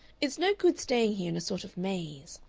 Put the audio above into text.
it's no good staying here in a sort of maze.